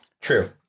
True